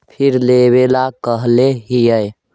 फिर लेवेला कहले हियै?